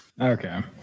okay